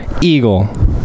Eagle